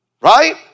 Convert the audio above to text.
right